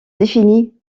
définit